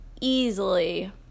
easily